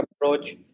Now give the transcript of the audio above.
approach